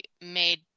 made